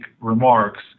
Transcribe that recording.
remarks